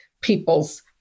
people's